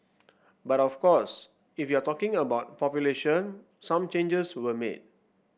but of course if you're talking about population some changes were made